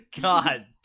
God